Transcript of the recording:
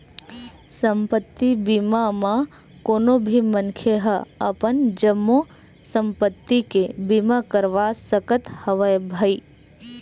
संपत्ति बीमा म कोनो भी मनखे ह अपन जम्मो संपत्ति के बीमा करवा सकत हवय भई